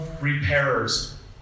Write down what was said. repairers